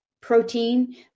protein